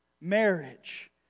marriage